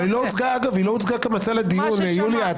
היא לא הוצגה כמצע לדיון, יוליה.